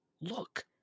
Look